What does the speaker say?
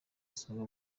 isonga